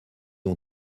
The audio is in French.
ont